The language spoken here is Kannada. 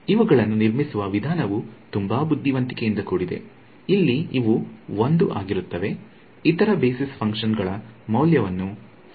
ಇವುಗಳನ್ನು ನಿರ್ಮಿಸಿದ ವಿಧಾನವು ತುಂಬಾ ಬುದ್ದಿವಂತಿಕೆ ಇಂದ ಕೂಡಿದೆ ಇಲ್ಲಿ ಇವು 1 ಆಗಿರುತ್ತವೆ ಇತರ ಬೇಸಿಸ್ ಫಂಕ್ಷನ್ ಗಾಲ ಮೌಲ್ಯವನ್ನು 0 ಆಗಿದೆ